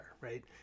right